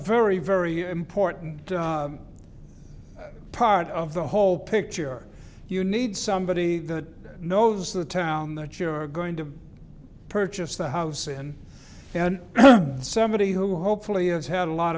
very very important part of the whole picture you need somebody that knows the town that you're going to purchase the house in and somebody who hopefully has had a lot